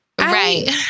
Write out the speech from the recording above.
Right